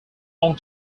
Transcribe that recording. long